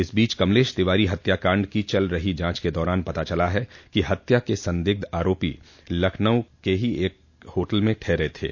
इस बीच कमलेश तिवारी हत्याकांड की चल रही जांच के दौरान पता चला है कि हत्या के संदिग्ध आरोपी लखनऊ के ही एक होटल में ठहरे थे